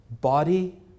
body